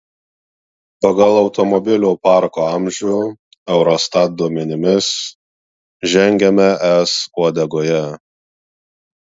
pagal automobilių parko amžių eurostat duomenimis žengiame es uodegoje